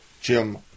Jim